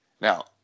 Now